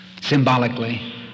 symbolically